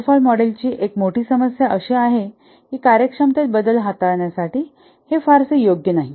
water fall मॉडेलची एक मोठी समस्या अशी आहे की कार्यक्षमतेत बदल हाताळण्यासाठी हे फारसे योग्य नाही